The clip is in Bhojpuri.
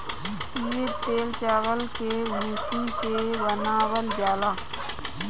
इ तेल चावल के भूसी से बनावल जाला